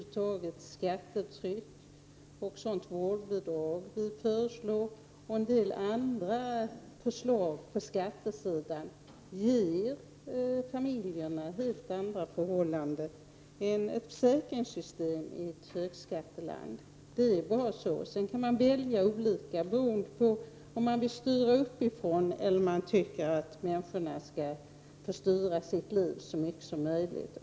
Det skattetryck och vårdnadsbidrag vi föreslår, och en del andra förslag på skattesidan, ger familjerna helt andra förhållanden i ett försäkringssystem i ett högskatteland. Sedan går det att välja om man tycker att det skall ske en styrning uppifrån eller om man tycker att människorna skall få styra sina liv själva så mycket som möjligt.